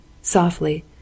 softly